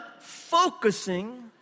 focusing